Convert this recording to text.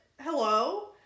hello